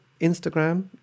Instagram